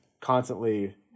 constantly